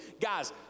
Guys